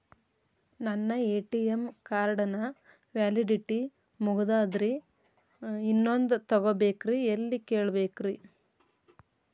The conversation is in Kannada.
ನನ್ನ ಎ.ಟಿ.ಎಂ ಕಾರ್ಡ್ ನ ವ್ಯಾಲಿಡಿಟಿ ಮುಗದದ್ರಿ ಇನ್ನೊಂದು ತೊಗೊಬೇಕ್ರಿ ಎಲ್ಲಿ ಕೇಳಬೇಕ್ರಿ?